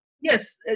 Yes